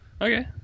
Okay